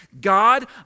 God